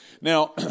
Now